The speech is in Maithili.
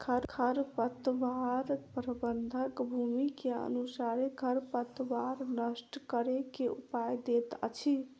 खरपतवार प्रबंधन, भूमि के अनुसारे खरपतवार नष्ट करै के उपाय दैत अछि